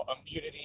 immunity